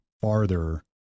farther